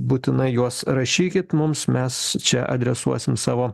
būtinai juos rašykit mums mes čia adresuosim savo